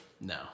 No